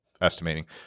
estimating